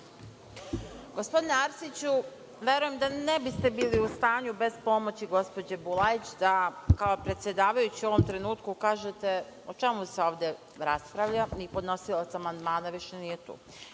Gospodine Arsiću, verujem da ne biste bili u stanju bez pomoći gospođe Bulajić da kao predsedavajući u ovom trenutku kažete o čemu se ovde raspravlja, ni podnosilac amandmana više nije tu. Ovo